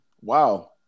Wow